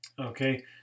okay